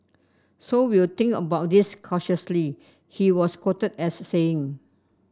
so we'll think about this cautiously he was quoted as saying